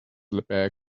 bag